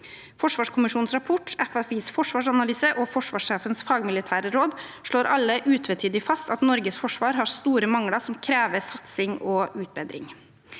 Forsvarskommisjonens rapport, FFIs forsvarsanalyse og Forsvarssjefens fagmilitære råd slår alle utvetydig fast at Norges forsvar har store mangler som krever satsing og utbedring.